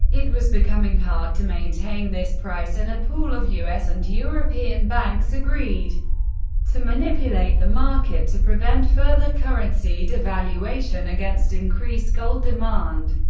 it was becoming hard to maintain this price, and a pool of us and european banks agreed to manipulate the market to prevent further currency devaluation against increased gold demand.